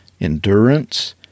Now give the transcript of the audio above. endurance